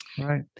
right